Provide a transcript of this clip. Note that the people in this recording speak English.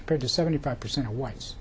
compared to seventy five percent of whites